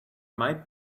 might